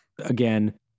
again